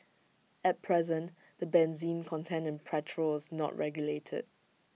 at present the benzene content in petrol is not regulated